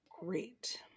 great